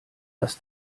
das